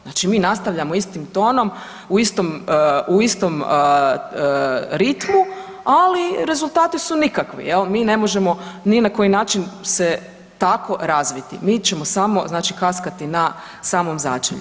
Znači mi nastavljamo istim tonom u istom ritmu, ali rezultati su nikakvi jel, mi ne možemo ni na koji način se tako razviti, mi ćemo samo kaskati na samom začelju.